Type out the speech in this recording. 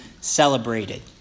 celebrated